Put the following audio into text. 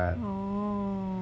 oh